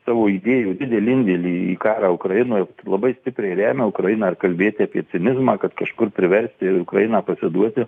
savo idėjų didelį indėlį į karą ukrainoj labai stipriai remia ukrainą ir kalbėt apie cinizmą kad kažkur priversti ukrainą pasiduoti